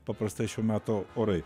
paprastai šio meto orai